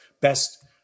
best